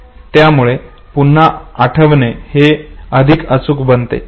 ज्यामुळे पुन्हा आठवणे हे अधिक अचूक बनते